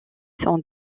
sont